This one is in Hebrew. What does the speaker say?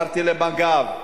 אמרתי: למג"ב,